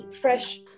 fresh